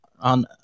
on